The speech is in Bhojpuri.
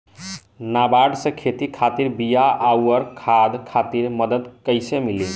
नाबार्ड से खेती खातिर बीया आउर खाद खातिर मदद कइसे मिली?